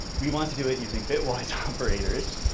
we want to do it using bitwise operators,